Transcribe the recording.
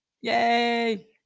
Yay